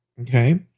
Okay